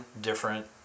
different